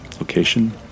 Location